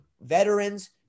veterans